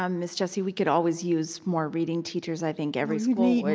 um miss jessie, we could always use more reading teachers, i think every school would,